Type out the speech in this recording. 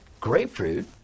grapefruit